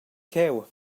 cheu